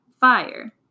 fire